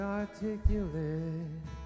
articulate